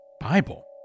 Bible